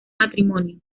matrimonio